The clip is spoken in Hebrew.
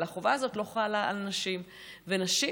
אבל החובה הזאת לא חלה על נשים, ונשים